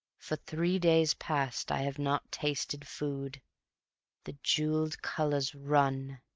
for three days past i have not tasted food the jeweled colors run.